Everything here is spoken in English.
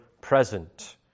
present